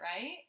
right